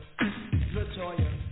LaToya